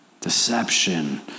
deception